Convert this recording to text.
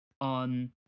on